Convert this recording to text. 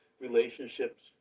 relationships